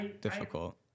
difficult